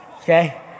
Okay